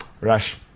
Rush